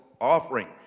offering